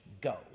Go